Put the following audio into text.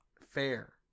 fair